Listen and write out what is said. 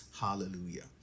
Hallelujah